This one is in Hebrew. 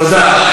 תודה.